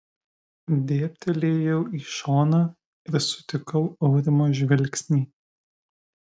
dėbtelėjau į šoną ir sutikau aurimo žvilgsnį